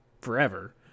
forever